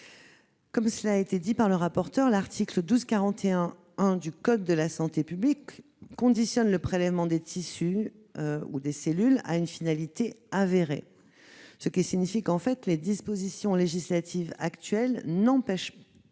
Enfin, cela a été dit par le rapporteur, l'article L. 1241-1 du code de la santé publique conditionne le prélèvement des tissus ou des cellules à une finalité avérée. Cela signifie que les dispositions législatives actuelles n'empêchent,